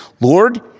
Lord